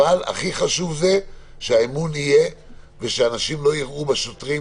אבל הכי חשוב זה שיהיה אמון ושאנשים לא יראו בשוטרים